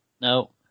No